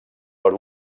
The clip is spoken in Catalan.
per